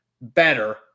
Better